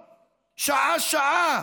שעה-שעה,